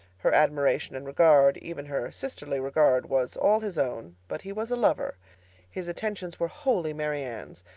her admiration and regard, even her sisterly regard, was all his own but he was a lover his attentions were wholly marianne's,